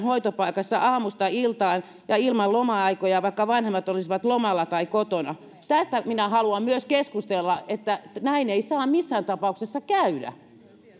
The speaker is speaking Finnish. hoitopaikassa aamusta iltaan ja ilman loma aikoja vaikka vanhemmat olisivat lomalla tai kotona myös tästä minä haluan keskustella että näin ei saa missään tapauksessa käydä